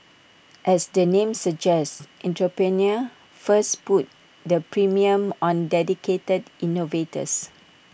as the name suggests Entrepreneur First puts the premium on dedicated innovators